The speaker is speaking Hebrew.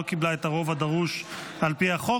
לא קיבלה את הרוב הדרוש על פי החוק.